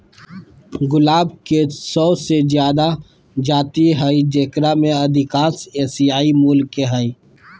गुलाब के सो से जादा जाति हइ जेकरा में अधिकांश एशियाई मूल के हइ